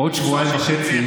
בעוד שבועיים וחצי,